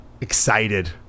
Excited